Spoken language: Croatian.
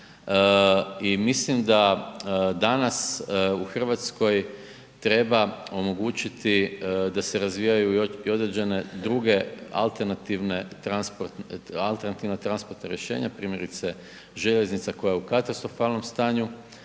i mislim da danas u Hrvatskoj treba omogućiti da se razvijaju i određene druge alternativna transportna rješenja, primjerice željeznica koja je u katastrofalnom stanju.